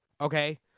okay